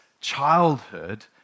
childhood